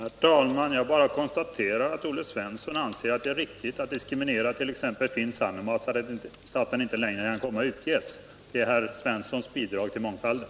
Herr talman! Jag bara konstaterar att Olle Svensson anser att det är riktigt att diskriminera t.ex. Finn Sanomat så att den inte längre kan komma att utges. Det är Olle Svenssons bidrag till mångfalden!